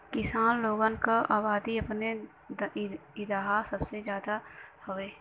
किसान लोगन क अबादी अपने इंहा सबसे जादा हउवे